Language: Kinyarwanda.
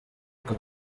aka